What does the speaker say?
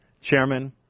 chairman